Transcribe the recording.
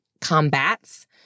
combats